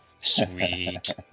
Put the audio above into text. Sweet